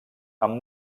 amb